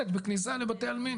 שלט בכניסה לבתי העלמין.